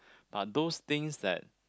but those things that